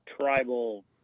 tribal